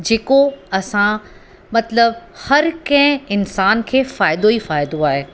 जेको असां मतलबु हर कंहिं इंसान खे फ़ाइदो ई फ़ाइदो आहे